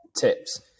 tips